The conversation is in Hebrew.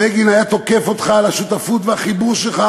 בגין היה תוקף אותך על השותפות והחיבור שלך